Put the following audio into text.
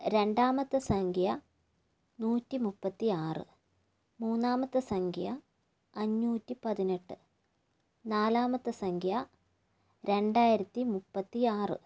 രണ്ടാമത്തെ സംഖ്യ നൂറ്റി മുപ്പത്തി ആറ് മൂന്നാമത്തെ സംഖ്യ അഞ്ഞൂറ്റിപ്പതിനെട്ട് നാലാമത്തെ സംഖ്യ രണ്ടായിരത്തി മുപ്പത്തി ആറ്